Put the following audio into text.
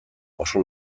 oso